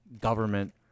government